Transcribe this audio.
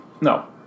No